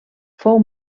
fou